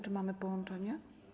Czy mamy połączenie?